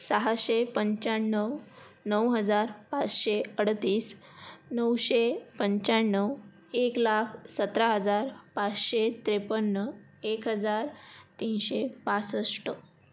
सहाशे पंच्याण्णव नउ हजार पाचशे अडतीस नऊशे पंच्याण्णव एक लाख सतरा हजार पाचशे त्रेपन्न एक हजार तीनशे पासष्ट